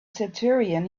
centurion